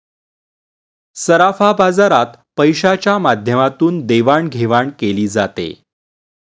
सराफा बाजारात पैशाच्या माध्यमातून देवाणघेवाण केली जाते